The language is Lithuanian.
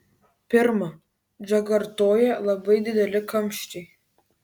pirma džakartoje labai dideli kamščiai